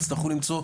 יצטרכו למצוא,